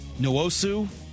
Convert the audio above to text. Noosu